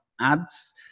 ads